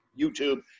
YouTube